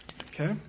Okay